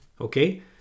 Okay